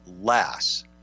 less